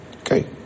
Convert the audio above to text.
Okay